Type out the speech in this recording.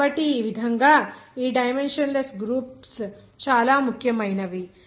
కాబట్టి ఈ విధంగా ఈ డైమెన్షన్ లెస్ గ్రూప్స్ చాలా ముఖ్యమైనవి